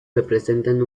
representan